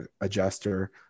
adjuster